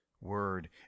word